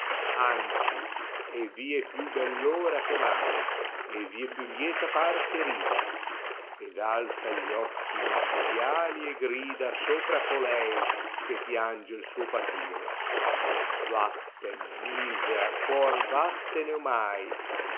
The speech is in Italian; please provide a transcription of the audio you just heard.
anzi è tìe più beli ors che mai e vie più lieta par che ridar ed alza gli occhi micidiak e grida sopra colei che piange il suo patire vatten misera ibor